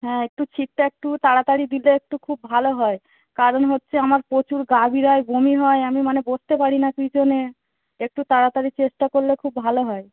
হ্যাঁ একটু সীটটা একটু তাড়াতাড়ি দিলে একটু খুব ভালো হয় কারণ হচ্ছে আমার প্রচুর গা বিরায় বমি হয় আমি মানে বসতে পারি না পিছনে একটু তাড়াতাড়ি চেষ্টা করলে খুব ভালো হয়